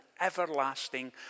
everlasting